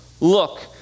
look